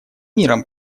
миром